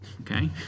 okay